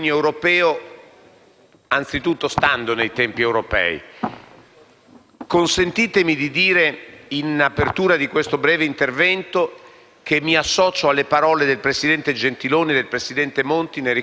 Consentitemi, in apertura di questo mio breve intervento, di associarmi alle parole del presidente Gentiloni Silveri e del presidente Monti nel ricordo di un grande europeo e di un grande amico dell'Italia, Helmut Kohl.